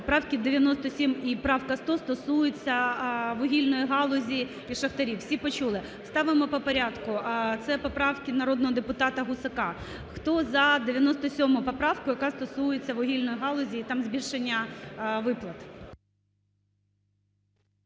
Правки 97 і правка 100 стосується вугільної галузі і шахтарів, всі почули. Ставимо попорядку, це поправки народного депутата Гусака. Хто за 97 поправку, яка стосується вугільної галузі і там збільшення виплат.